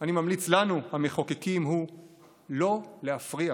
אני ממליץ לנו, המחוקקים, לא להפריע.